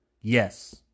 yes